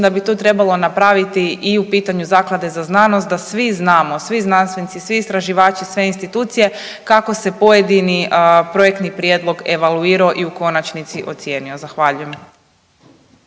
da bi tu trebalo napraviti i u pitanju Zaklade za znanost da svi znamo, svi znanstvenici, svi istraživači, sve institucije kako se pojedini projektni prijedlog evaluirao i u konačnici ocijenio. Zahvaljujem.